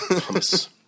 pumice